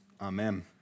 Amen